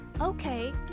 Okay